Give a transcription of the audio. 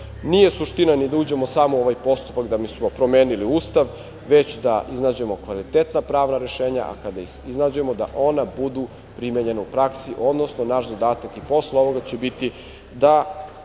redu. Nije suština ni da uđemo samo u ovaj postupak da bismo promenili Ustav, već da iznađemo kvalitetna pravna rešenja, a kada ih iznađemo da ona budu primenjena u praksi. Odnosno, naš zadatak i posle ovoga će biti da